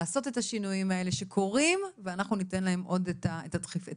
לעשות את השינויים האלה שקורים ואנחנו ניתן להם עוד את הדחיפה.